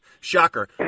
Shocker